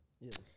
Yes